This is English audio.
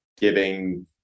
giving